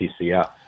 TCF